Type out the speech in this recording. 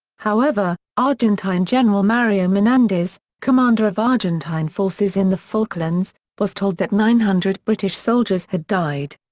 however, argentine general mario menendez, commander of argentine forces in the falklands, was told that nine hundred british soldiers had died.